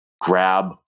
Grab